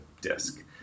disk